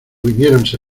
viniéronse